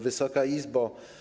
Wysoka Izbo!